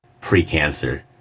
pre-cancer